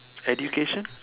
education